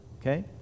Okay